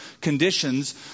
conditions